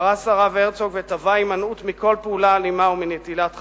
גרס הרב הרצוג ותבע הימנעות מכל פעולה אלימה ומנטילת חיים.